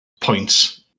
points